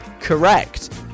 correct